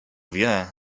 wie